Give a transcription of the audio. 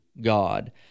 God